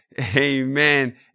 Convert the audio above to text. Amen